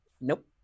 Nope